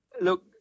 look